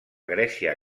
grècia